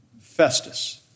Festus